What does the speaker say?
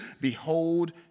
Behold